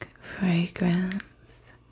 fragrance